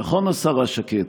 נכון, השרה שקד?